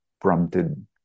prompted